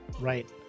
right